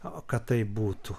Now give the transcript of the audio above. o kad taip būtų